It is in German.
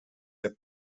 der